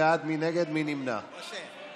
ההצעה להעביר לוועדה את הצעת חוק התאמת טפסים ממשלתיים (פרטי